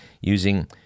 using